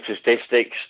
statistics